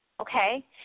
okay